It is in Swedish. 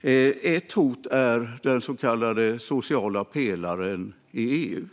Ett hot är den så kallade sociala pelaren i EU.